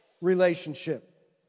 Relationship